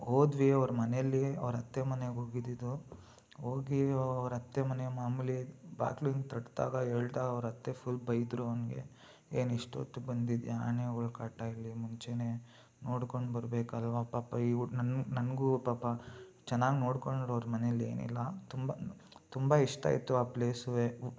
ಹೋದ್ವಿ ಅವ್ರ ಮನೆಯಲ್ಲಿ ಅವರತ್ತೆ ಮನೆಗೆ ಹೋಗಿದ್ದಿದ್ದು ಹೋಗಿ ಅವರತ್ತೆ ಮನೆ ಮಾಮೂಲಿ ಬಾಗಿಲು ಹಿಂಗೆ ತಟ್ದಾಗ ಏಳ್ತಾ ಅವರತ್ತೆ ಫುಲ್ ಬೈದ್ರು ಹಂಗೆ ಏನು ಇಷ್ಟೊತ್ಗೆ ಬಂದಿದೀಯಾ ಆನೆಗಳ ಕಾಟ ಇಲ್ಲಿ ಮುಂಚೆಯೇ ನೋಡ್ಕೊಂಡು ಬರಬೇಕಲ್ವ ಪಾಪ ಈ ಹುಡ ನನ್ನ ನನಗೂ ಪಾಪ ಚೆನ್ನಾಗಿ ನೋಡ್ಕೊಂಡ್ರು ಅವರ ಮನೆಯಲ್ಲಿ ಏನಿಲ್ಲ ತುಂಬ ತುಂಬ ಇಷ್ಟ ಆಯ್ತು ಆ ಪ್ಲೇಸು ಎ